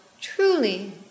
truly